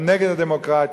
הם נגד הדמוקרטיה.